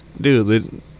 dude